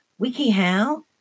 Wikihow